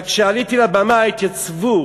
אבל כשעליתי לבמה התייצבו